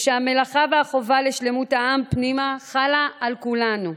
שהמלאכה והחובה לשלמות העם פנימה חלות על כולנו,